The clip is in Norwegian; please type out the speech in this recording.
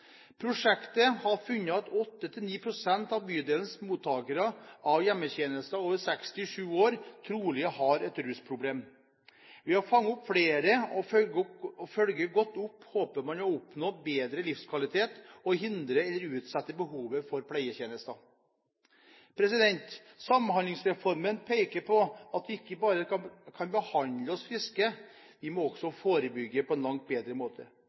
Prosjektet viser at 8–9 pst. av bydelens mottakere av hjemmetjenester over 67 år trolig har et rusproblem. Ved å fange opp flere og følge godt opp håper man å oppnå bedre livskvalitet og å hindre eller utsette behovet for pleietjenester. Samhandlingsreformen peker på at vi ikke bare kan behandle oss friske, vi må også forebygge på en langt bedre måte.